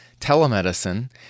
telemedicine